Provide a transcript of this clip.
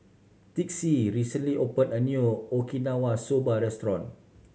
Texie recently opened a new Okinawa Soba Restaurant